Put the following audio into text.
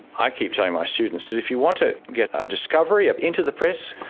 i keep telling my students that if you want to get a discovery into the press,